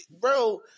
bro